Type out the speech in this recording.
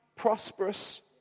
prosperous